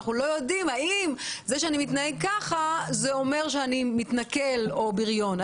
על כך שלא יודעים האם זה שאני מתנהג ככה זה אומר שאני מתנכל או בריון.